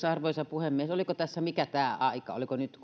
arvoisa puhemies oliko tässä mikä tämä aika oliko nyt